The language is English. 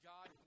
God